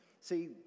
see